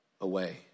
away